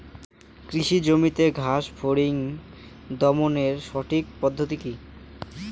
কৃষি জমিতে ঘাস ফরিঙ দমনের সঠিক পদ্ধতি কি?